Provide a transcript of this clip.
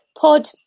Pod